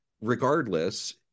regardless